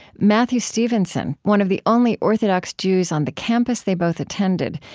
matthew stevenson, one of the only orthodox jews on the campus they both attended,